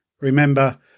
Remember